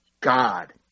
God